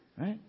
right